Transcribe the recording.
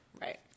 right